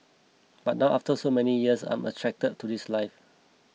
but now after so many years I'm attracted to this life